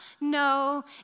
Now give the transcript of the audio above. No